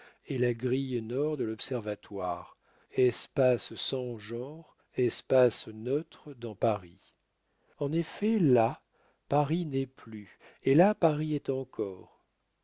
et la grille nord de l'observatoire espace sans genre espace neutre dans paris en effet là paris n'est plus et là paris est encore